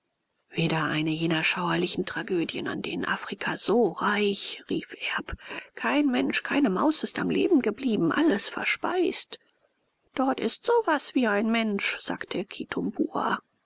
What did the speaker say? wieder eine jener schauerlichen tragödien an denen afrika so reich rief erb kein mensch keine maus ist am leben geblieben alles verspeist dort ist so was wie ein mensch sagte